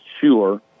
sure